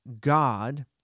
God